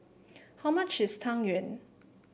how much is Tang Yuen